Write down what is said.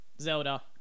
zelda